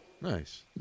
Nice